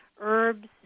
herbs